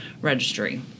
registry